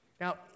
Now